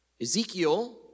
Ezekiel